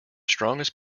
strongest